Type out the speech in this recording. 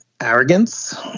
Arrogance